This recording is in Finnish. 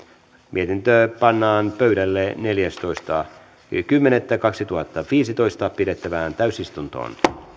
mietintö pannaan pöydälle neljästoista kymmenettä kaksituhattaviisitoista pidettävään täysistuntoon